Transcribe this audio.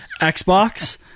Xbox